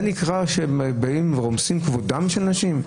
זה נקרא שהורסים את כבודן של נשים?